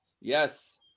Yes